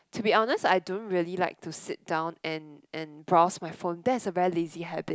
to be honest I don't really like to sit down and and browse my phone that's a very lazy habit